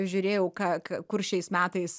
žiūrėjau ką k kur šiais metais